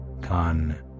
Khan